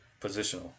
positional